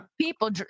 people